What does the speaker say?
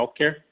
healthcare